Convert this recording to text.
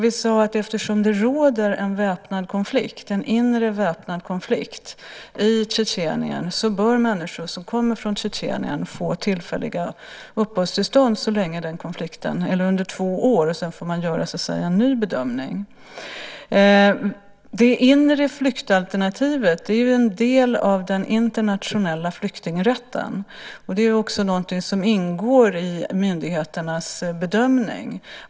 Vi sade att eftersom det råder en inre väpnad konflikt i Tjetjenien så bör människor som kommer från Tjetjenien få tillfälliga uppehållstillstånd under två år. Sedan får man göra en ny bedömning. Det inre flyktalternativet är en del av den internationella flyktingrätten. Det är också något som ingår i myndigheternas bedömning.